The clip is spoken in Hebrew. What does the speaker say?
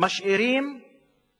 חבר הכנסת עמיר פרץ.